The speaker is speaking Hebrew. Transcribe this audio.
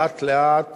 לאט-לאט